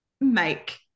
make